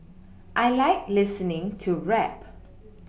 I like listening to rap